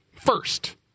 first